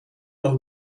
nog